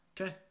Okay